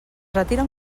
retiren